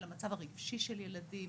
על המצב הרגשי של ילדים,